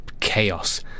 chaos